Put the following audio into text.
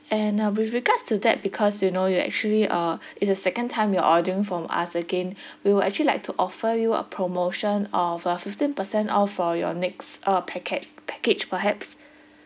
and uh with regards to that because you know you actually uh it's the second time you're ordering from us again we will actually like to offer you a promotion of uh fifteen percent off for your next uh package package perhaps